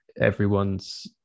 everyone's